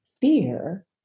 fear